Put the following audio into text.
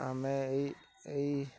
ଆମେ ଏଇ ଏଇ